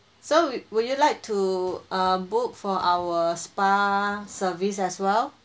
so would would you like to uh book for our spa service as well